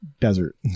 desert